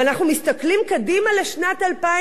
אבל אנחנו מסתכלים קדימה לשנת 2012,